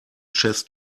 chess